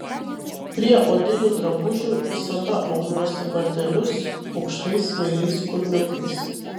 prie odinių drabužių visada aunuosi batelius aukštais smailiais kulniukais